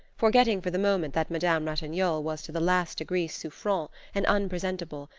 forgetting for the moment that madame ratignolle was to the last degree souffrante and unpresentable,